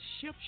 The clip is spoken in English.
Ship